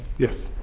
yes.